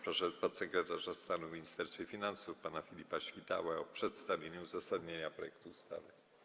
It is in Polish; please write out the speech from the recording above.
Proszę podsekretarza stanu w Ministerstwie Finansów pana Filipa Świtałę o przedstawienie uzasadnienia projektu ustawy.